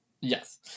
Yes